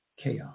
chaos